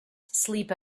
sleep